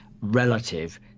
relative